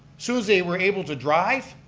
soon as they were able to drive,